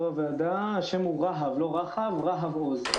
הגיעה ב-27 במאי מעל בימת הכנסת להחזיר את